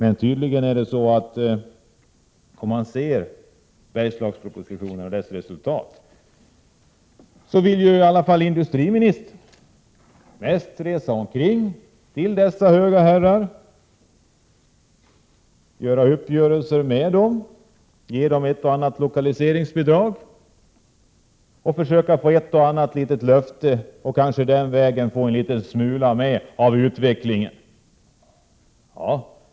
Enligt Bergslagspropositionen och dess resultat vill industriministern tydligen mest resa omkring till dessa höga herrar och träffa uppgörelser med dem. De får ett och annat lokaliseringsbidrag, och han försöker få ett och annat löfte och på den vägen få en smula med av utvecklingen.